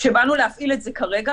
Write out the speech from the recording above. כשבאנו להפעיל את זה כרגע,